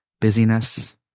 busyness